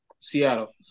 Seattle